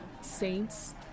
saints